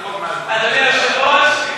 אדוני היושב-ראש,